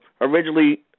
originally